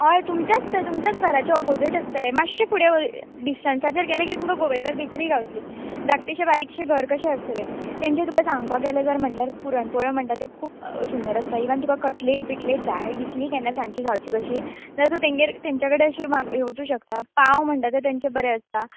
हय तुमच्याच तें तुमच्याच घराच्या ओपोझीट आसतलें माश्शें फुडें व डिसटंसाचेर गेले की तुमकां गोवेकर बेकरी गावत्ली धाकटेंशें बारीकशें घर कशें आसतलें तेंचें तुका सांगपाक गेले जाल्या म्हटल्यार पुरण पोळ्यो म्हणटा त्यो खूब सुंदर आसता इवन तुका कटलेट बिटलेट जाय दिसलीं केन्ना सांचीं खावचीं कशीं जाल्या सो तेंगेर तेंच्या कडे अशी माग वचूं शकता पाव म्हणटा ते तेंचे बरे आसता